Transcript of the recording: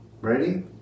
Ready